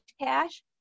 cash